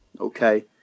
Okay